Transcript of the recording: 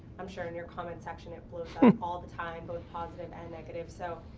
i'm sure in your comment section, it blows back all the time, both positive and negative, so,